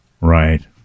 Right